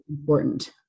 important